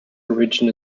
origin